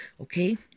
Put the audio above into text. Okay